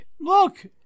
Look